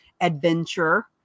adventure